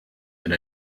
and